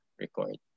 record